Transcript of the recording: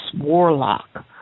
warlock